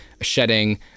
shedding